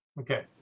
Okay